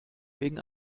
wegen